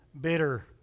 bitter